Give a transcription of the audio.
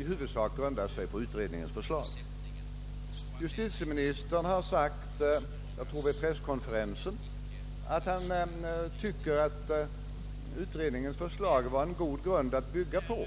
i huvudsak grundar sig på utredningens förslag. Justitieministern har uttalat — jag tror det var vid presskonferensen — att han tycker att utredningens förslag var en god grund att bygga på.